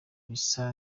bisa